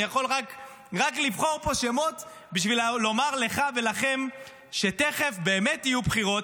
אני יכול רק לבחור פה שמות בשביל לומר לך ולכם שתכף באמת יהיו בחירות,